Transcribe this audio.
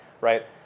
right